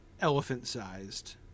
elephant-sized